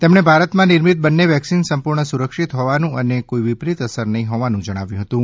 તેમણે ભારતમાં નિર્મિત બંને વેક્સિન સંપૂર્ણ સુરક્ષિત હોવાનું અને કોઈ વિપરીત અસર નહીં હોવાનું જણાવ્યું હતું